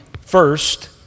first